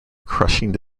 crushing